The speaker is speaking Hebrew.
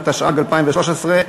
התשע"ג 2013,